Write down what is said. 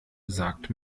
sagt